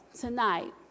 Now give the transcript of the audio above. tonight